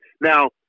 Now